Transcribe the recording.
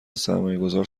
سرمایهگذار